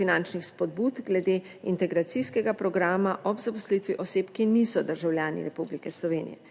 finančnih spodbud glede integracijskega programa ob zaposlitvi oseb, ki niso državljani Republike Slovenije.